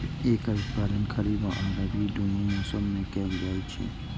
एकर उत्पादन खरीफ आ रबी, दुनू मौसम मे कैल जाइ छै